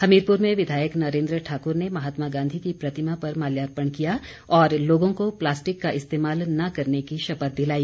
हमीरपुर में विधायक नरेन्द्र ठाकुर ने महात्मा गांधी की प्रतिमा पर माल्यार्पण किया और लोगों को प्लास्टिक का इस्तेमाल न करने की शपथ दिलाई